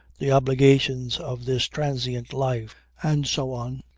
the obligations of this transient life and so on.